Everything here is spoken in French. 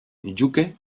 juku